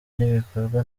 n’ibikorwa